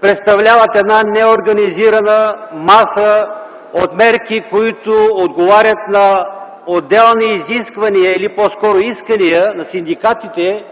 представляват една неорганизирана маса от мерки, които отговарят на отделни изисквания, или по-скоро искания на синдикатите